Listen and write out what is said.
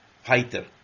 fighter